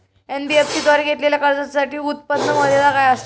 NBFC द्वारे घेतलेल्या कर्जासाठी उत्पन्न मर्यादा काय असते?